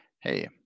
hey